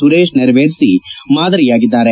ಸುರೇಶ್ ನೆರವೇರಿಸಿ ಮಾದರಿಯಾಗಿದ್ದಾರೆ